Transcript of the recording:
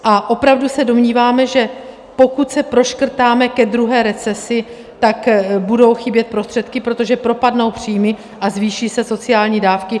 A opravdu se domníváme, že pokud se proškrtáme ke druhé recesi, tak budou chybět prostředky, protože propadnou příjmy a zvýší se sociální dávky?